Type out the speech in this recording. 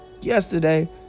yesterday